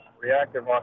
reactive